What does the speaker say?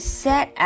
set